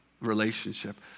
relationship